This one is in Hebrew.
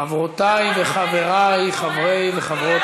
חבר הכנסת יוסי יונה,